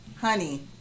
Honey